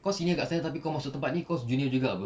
kau senior kat sana tapi kau masuk tempat ni kau junior juga apa